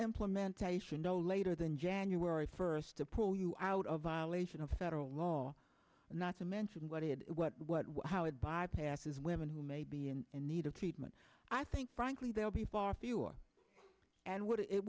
implementation no later than january first to pull you out of violation of federal law not to mention what did what what what how it bypasses women who may be in need of treatment i think frankly they'll be far fewer and what it